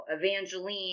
Evangeline